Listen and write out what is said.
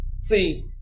See